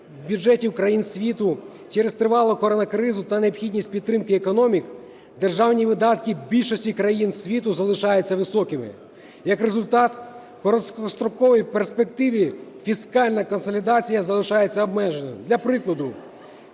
бюджетів країн світу, через тривалу коронакризу та необхідність підтримки економік державні видатки в більшості країн світу залишаються високими. Як результат, в короткостроковій перспективі фіскальна консолідація залишається обмеженою. Для прикладу.